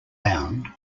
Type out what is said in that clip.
bound